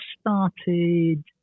started